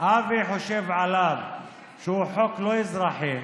אבי חושב עליו שהוא חוק לא אזרחי,